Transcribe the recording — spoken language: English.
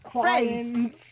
friends